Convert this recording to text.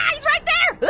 he's right there! but